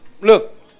look